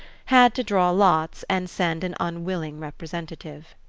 had to draw lots and send an unwilling representative.